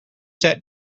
that